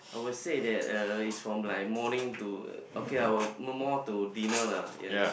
I would say that uh it's from like morning to okay lah well more more to dinner lah you know